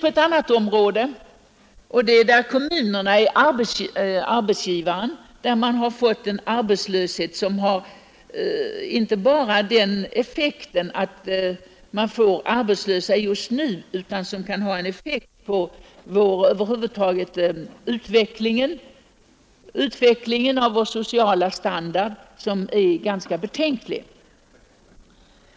På ett annat område, där kommunerna är arbetsgivare, har man fått en arbetslöshet som inte bara har den effekten att kvinnor blivit friställda just nu utan som också kan få en betänklig effekt på utvecklingen av vår sociala standard.